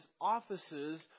offices